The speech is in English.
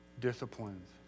disciplines